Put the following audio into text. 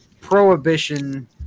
Prohibition